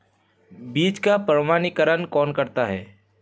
बीज का प्रमाणीकरण कौन करता है?